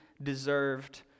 deserved